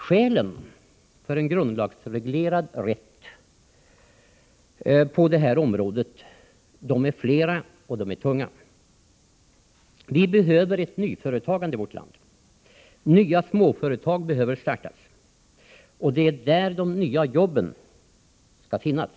Skälen för en grundlagsreglerad rätt på detta område är flera och tunga. Vi behöver ett nyföretagande i vårt land. Nya småföretag behöver startas. Det är där de nya jobben skall finnas.